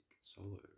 solo